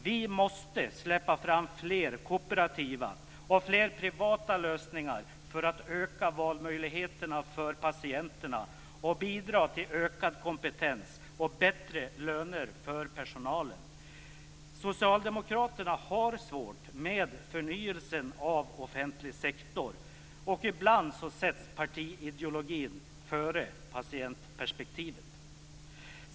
Vi måste släppa fram fler kooperativa och fler privata lösningar för att öka valmöjligheterna för patienterna och bidra till ökad kompetens och bättre löner för personalen. Socialdemokraterna har svårt med förnyelsen av offentlig sektor. Ibland sätts partiideologin före patientperspektivet.